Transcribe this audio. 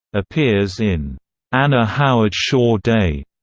appears in anna howard shaw day,